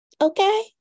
Okay